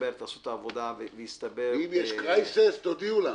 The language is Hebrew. תעשו את העבודה ואם יסתבר- -- ואם יש משבר תודיעו לנו.